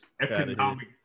economic